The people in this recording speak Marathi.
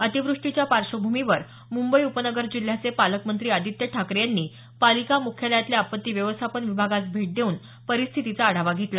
अतिवृष्टीच्या पार्श्वभूमीवर मुंबई उपनगर जिल्ह्याचे पालकमंत्री आदित्य ठाकरे यांनी पालिका मुख्यालयातल्या आपत्ती व्यवस्थापन विभागास भेट देऊन परिस्थितीचा आढावा घेतला